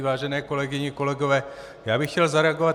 Vážené kolegyně, kolegové, já bych chtěl zareagovat.